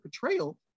portrayal